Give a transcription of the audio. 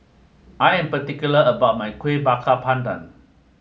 I am particular about my Kueh Bakar Pandan